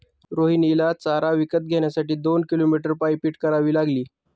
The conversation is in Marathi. रोहिणीला चारा विकत घेण्यासाठी दोन किलोमीटर पायपीट करावी लागली